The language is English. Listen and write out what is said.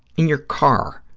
in your car,